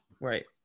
Right